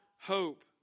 hope